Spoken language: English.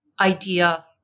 idea